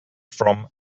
from